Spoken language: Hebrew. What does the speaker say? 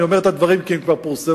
אני אומר את הדברים כי הם כבר פורסמו,